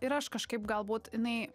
ir aš kažkaip galbūt jinai